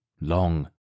long